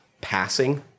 passing